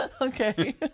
okay